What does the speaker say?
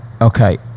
Okay